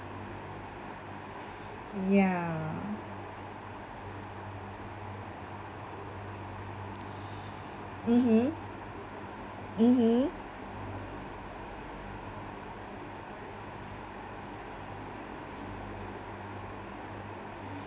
ya mmhmm mmhmm